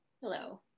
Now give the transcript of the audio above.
hello